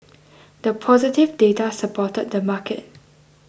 the positive data supported the market